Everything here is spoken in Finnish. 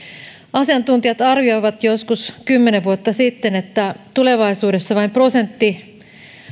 asiantuntijat arvioivat joskus kymmenen vuotta sitten että tulevaisuudessa vain prosentti